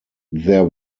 there